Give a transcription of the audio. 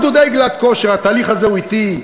התהליך הזה הוא אטי.